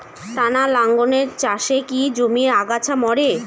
টানা লাঙ্গলের চাষে কি জমির আগাছা মরে?